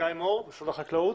גיא מור ממשרד החקלאות.